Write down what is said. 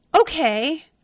Okay